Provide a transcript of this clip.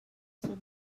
sur